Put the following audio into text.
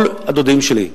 כל ילדי הדודים שלי,